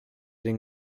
den